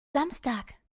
samstag